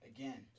Again